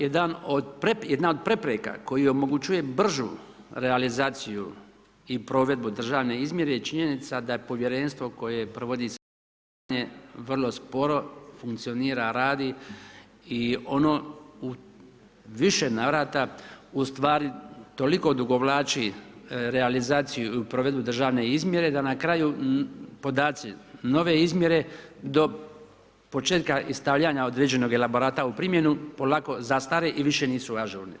Jedna od prepreka koja omogućuje bržu realizaciju i provedbu državne izmjere je činjenica da je povjerenstvo koje provodi samo izlaganje vrlo sporo, funkcionira, radi i ono u više navrata ustvari toliko odugovlači realizaciju i provedbu državne izmjere da na kraju podaci nove izmjere do početka i stavljanja određenog elaborata u primjenu polako zastari i više nisu ažurni.